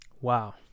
Wow